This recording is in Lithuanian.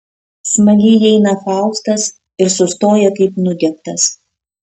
smagiai įeina faustas ir sustoja kaip nudiegtas